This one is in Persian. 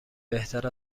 بهتر